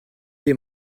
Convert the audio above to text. des